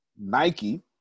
Nike